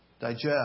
Digest